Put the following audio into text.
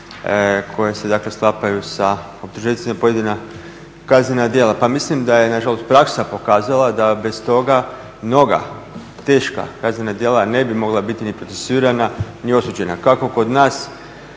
koje se dakle sklapaju sa optuženicima za pojedina kaznena djela. Pa mislim da je nažalost praksa pokazala da bez toga mnoga teška kaznena djela ne bi mogla biti ni procesuirana ni osuđena,